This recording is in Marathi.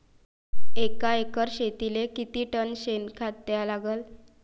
एका एकर शेतीले किती टन शेन खत द्या लागन?